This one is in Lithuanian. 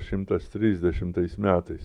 šimtas trisdešimtais metais